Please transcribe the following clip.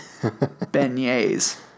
beignets